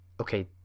okay